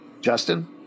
Justin